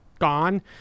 gone